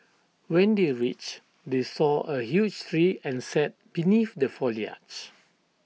when they reached they saw A huge tree and sat beneath the foliage